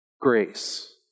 grace